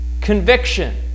Conviction